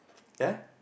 ya